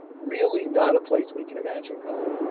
really not a place we can imagine going.